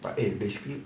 but eh basically